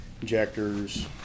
injectors